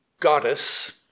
goddess